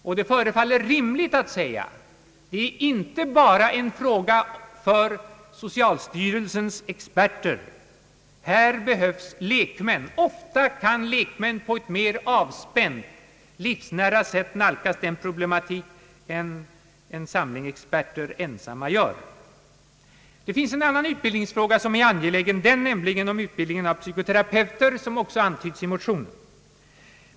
Och det förefaller rimligt att säga: detta är inte bara en fråga för socialstyrelsens experter — här behövs lekmän. Ofta kan lekmän på ett mer avspänt och livsnära sätt nalkas en problematik än en samling experter ensam gör. Det finns en annan angelägen utbildningsfråga, den nämligen om utbildningen av psykoterapeuter, som också antytts i motionen.